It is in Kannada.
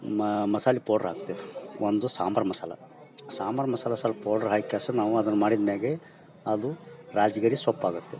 ಮ ಮಸಾಲೆ ಪೌಡ್ರ್ ಹಾಕ್ತೇವಿ ಒಂದು ಸಾಂಬಾರು ಮಸಾಲೆ ಸಾಂಬಾರು ಮಸಾಲೆ ಸೊಲ್ಪ ಪೌಡ್ರ್ ಹಾಕ್ಯಾಸ ನಾವು ಅದನ್ನ ಮಾಡಿದ್ಮ್ಯಾಗೆ ಅದು ರಾಜ್ಗಿರಿ ಸೊಲ್ಪ ಆಗತ್ತೆ